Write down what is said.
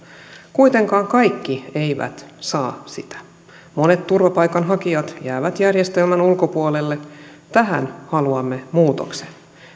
kuitenkaan kaikki eivät saa sitä monet turvapaikanhakijat jäävät järjestelmän ulkopuolelle tähän haluamme muutoksen